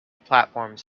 platforms